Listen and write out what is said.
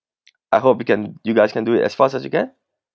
I hope we can you guys can do it as fast as you can